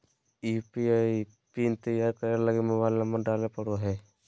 UPI PIN तैयार करे लगी मोबाइल नंबर डाले पड़ो हय